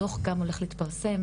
הדו"ח גם הולך להתפרסם,